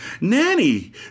Nanny